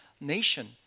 nation